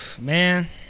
Man